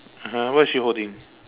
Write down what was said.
(uh huh) what is she holding